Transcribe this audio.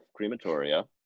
Crematoria